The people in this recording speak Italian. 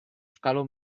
scalo